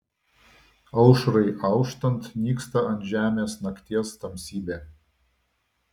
aušrai auštant nyksta ant žemės nakties tamsybė